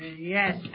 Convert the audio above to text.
Yes